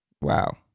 Wow